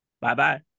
Bye-bye